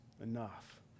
enough